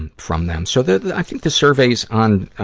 and from them. so the, the, i think the surveys on, ah,